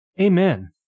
amen